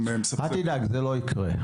אל תדאג, זה לא יקרה.